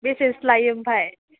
बेसेसो लायो ओमफ्राय